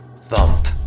Thump